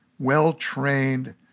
well-trained